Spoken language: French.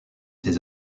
ses